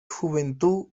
juventud